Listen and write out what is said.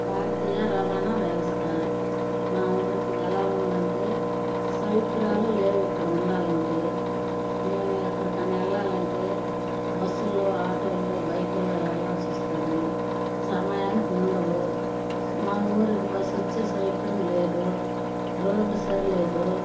భారతీయ రవాణా వ్యవస్థ మా ఊరికి ఎలా ఉందంటే సౌకర్యాలు లేవు ఇక్కడ ఉండాలంటే మేము ఎక్కడికన్నా వెళ్ళాలి అంటే బస్సుల్లో ఆటోల్లో బైకుల్లో వెళ్ళాల్సి వస్తుంది సమయానికి ఉండవు మా ఊరికి బస్సు వచ్చే సౌకార్యం లేదు రోడ్డు సరి లేదు